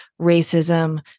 racism